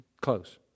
Close